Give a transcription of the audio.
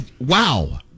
Wow